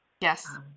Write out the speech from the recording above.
yes